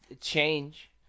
change